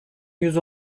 yüz